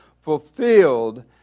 fulfilled